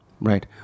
right